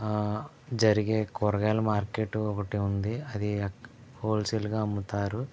జరిగే కూరగాయల మార్కెట్టు ఒకటి ఉంది అది హోల్సేల్గా అమ్ముతారు